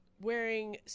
wearing